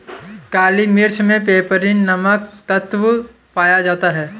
काली मिर्च मे पैपरीन नामक तत्व पाया जाता है